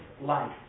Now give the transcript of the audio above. life